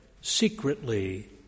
secretly